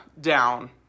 Down